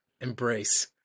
embrace